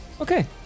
okay